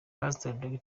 pastor